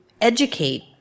educate